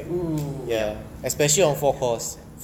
oo ya okay I get it I get it